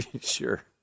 Sure